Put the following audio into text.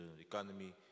economy